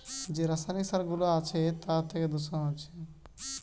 যে রাসায়নিক সার গুলা আছে তার থিকে দূষণ হচ্ছে